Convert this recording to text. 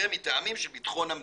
'מטעמים של בטחון המדינה'.